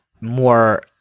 more